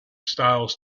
styles